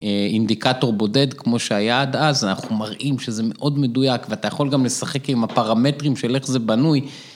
אינדיקטור בודד כמו שהיה עד אז, אנחנו מראים שזה מאוד מדויק ואתה יכול גם לשחק עם הפרמטרים של איך זה בנוי.